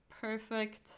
perfect